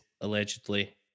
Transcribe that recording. allegedly